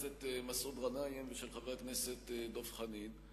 של חבר הכנסת מסעוד גנאים ושל חבר הכנסת דב חנין.